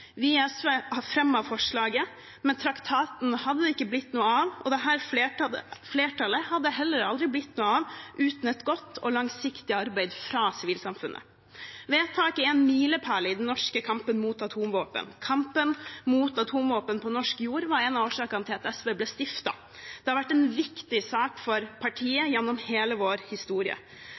Vi i SV har fremmet forslaget, men traktaten hadde det ikke blitt noe av – og dette flertallet hadde heller aldri blitt noe av – uten et godt og langsiktig arbeid fra sivilsamfunnet. Vedtaket er en milepæl i den norske kampen mot atomvåpen. Kampen mot atomvåpen på norsk jord var en av årsakene til at SV ble stiftet. Det har vært en viktig sak for partiet gjennom hele vår historie.